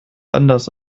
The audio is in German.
anders